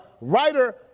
writer